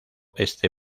este